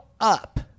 up